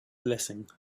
blessing